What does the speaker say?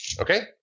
Okay